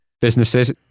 businesses